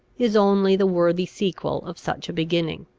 is only the worthy sequel of such a beginning.